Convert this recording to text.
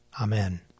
Amen